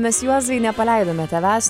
mes juozai nepaleidome tavęs